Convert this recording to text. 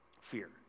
fear